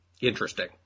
Interesting